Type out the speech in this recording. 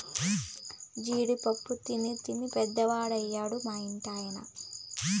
జీడి పప్పు తినీ తినీ పెద్దవాడయ్యాడు మా ఇంటి ఆయన